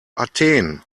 athen